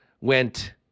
went